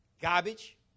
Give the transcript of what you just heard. Garbage